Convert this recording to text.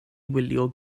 wylio